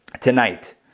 tonight